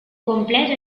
completo